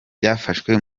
byafashwe